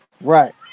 Right